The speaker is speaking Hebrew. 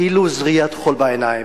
כאילו זריית חול בעיניים.